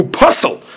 puzzle